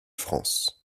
france